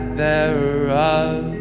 thereof